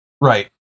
Right